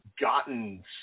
gotten